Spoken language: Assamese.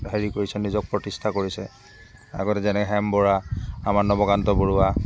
হেৰি কৰিছে নিজক প্ৰতিষ্ঠা কৰিছে আগতে যেনে হেম বৰা আমাৰ নৱকান্ত বৰুৱা